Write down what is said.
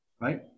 right